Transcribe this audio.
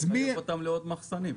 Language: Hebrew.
זה מחייב אותם לעוד מחסנים.